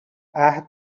عهد